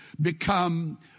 become